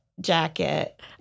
jacket